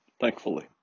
thankfully